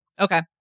Okay